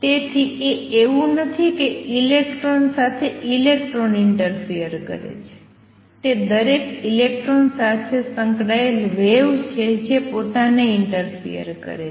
તેથી તે એવું નથી કે ઇલેક્ટ્રોન સાથે ઇલેક્ટ્રોન ઈંટરફિયર કરે છે તે દરેક ઇલેક્ટ્રોન સાથે સંકળાયેલ વેવ છે જે પોતાને ઈંટરફિયર કરે છે